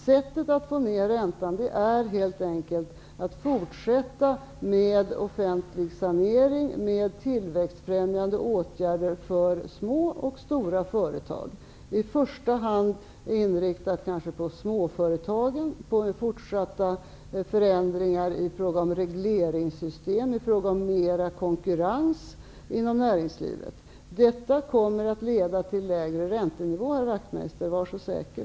Sättet att få ner räntan är helt enkelt fortsatt sanering av offentlig verksamhet, tillväxtfrämjande åtgärder för små och stora företag, kanske i första hand med inriktning på småföretagen, samt fortsatta förändringar i fråga om regleringssystem och i fråga om mera konkurrens inom näringslivet. Detta kommer att leda till lägre räntenivåer, herr Wachtmeister, var så säker!